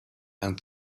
and